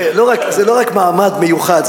זה לא רק מעמד מיוחד.